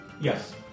Yes